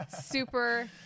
Super